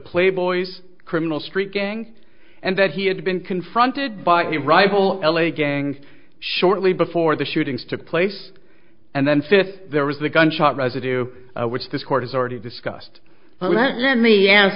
playboys criminal street gangs and that he had been confronted by a rival l a gangs shortly before the shootings took place and then fifth there was the gunshot residue which this court has already discussed